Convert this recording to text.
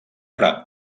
prat